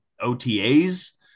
OTAs